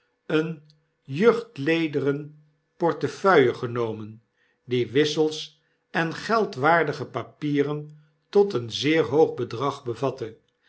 vaders lessenaar eenejuchtlederen portefeuille genomen die wissels en feldwaardige papieren tot een zeer hoog bedrag evatte